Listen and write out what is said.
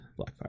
Blackfire